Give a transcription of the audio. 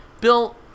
Bill